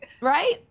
Right